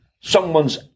someone's